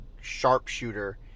sharpshooter